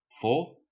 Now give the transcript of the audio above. four